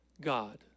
God